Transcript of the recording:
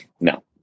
no